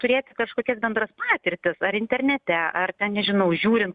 turėti kažkokias bendras patirtis ar internete ar ten nežinau žiūrint